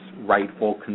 rightful